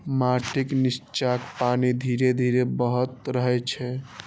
माटिक निच्चाक पानि धीरे धीरे बहैत रहै छै